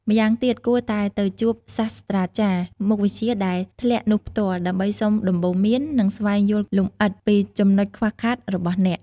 ម្យ៉ាងទៀត គួរតែទៅជួបសាស្ត្រាចារ្យមុខវិជ្ជាដែលធ្លាក់នោះផ្ទាល់ ដើម្បីសុំដំបូន្មាន និងស្វែងយល់លម្អិតពីចំណុចខ្វះខាតរបស់អ្នក។